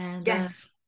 Yes